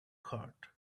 cart